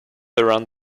around